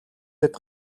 тэд